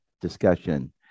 discussion